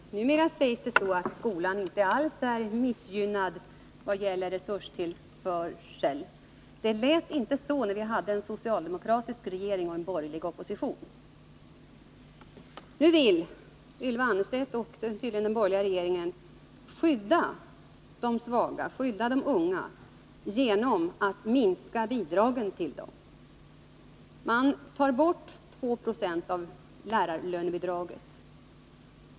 Herr talman! Numera säger borgerliga talare att skolan inte alls är missgynnad i fråga om resurstillförsel. Det lät inte så när vi hade en socialdemokratisk regering och en borgerlig opposition. Nu vill Ylva Annerstedt och tydligen också den borgerliga regeringen skydda de unga genom att minska bidragen till dem. Man tar bort 2 96 av lärarlönebidraget.